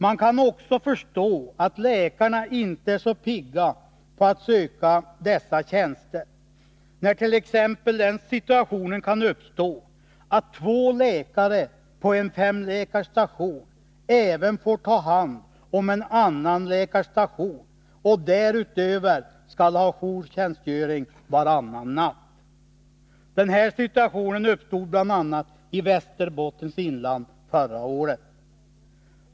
Man kan också förstå att läkarna inte är så pigga på att söka dessa tjänster, när t.ex. den situationen kan uppstå att två läkare på en femläkarstation även får ta hand om en annan läkarstation och därutöver skall ha jourtjänstgöring varannan natt. Den här situationen uppstod bl.a. i Västerbottens inland förra året.